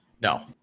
No